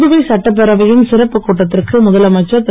புதுவை சட்டப்பேரவையின் சிறப்புக் கூட்டத்திற்கு முதலமைச்சர் திரு